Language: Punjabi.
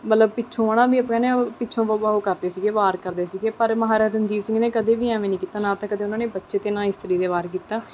ਮਤਲਬ ਪਿੱਛੋਂ ਆਉਣਾ ਵੀ ਆਪਾਂ ਕਹਿੰਦੇ ਹਾਂ ਵੀ ਪਿੱਛੋਂ ਉਹ ਕਰਦੇ ਸੀਗੇ ਵਾਰ ਕਰਦੇ ਸੀਗੇ ਪਰ ਮਹਾਰਾਜਾ ਰਣਜੀਤ ਸਿੰਘ ਨੇ ਕਦੇ ਵੀ ਐਵੇਂ ਨਹੀਂ ਕੀਤਾ ਨਾ ਤਾਂ ਕਦੇ ਉਨ੍ਹਾਂ ਨੇ ਬੱਚੇ 'ਤੇ ਨਾ ਇਸਤਰੀ 'ਤੇ ਵਾਰ ਕੀਤਾ